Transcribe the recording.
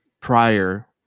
prior